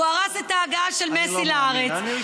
הוא הרס את ההגעה של מסי לארץ.